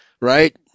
right